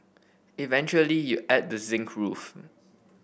eventually you add the zinc roof